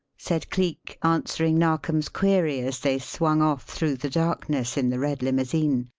said cleek, answering narkom's query, as they swung off through the darkness in the red limousine,